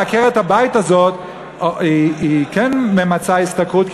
עקרת-הבית הזאת היא כן ממצה השתכרות,